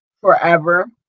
forever